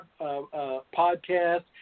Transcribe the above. podcast